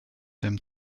them